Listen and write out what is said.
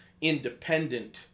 independent